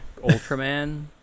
Ultraman